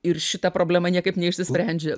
ir šita problema niekaip neišsisprendžia